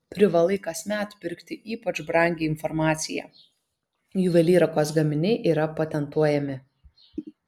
privalai kasmet pirkti ypač brangią informaciją juvelyrikos gaminiai yra patentuojami